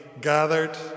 gathered